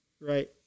Right